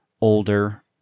older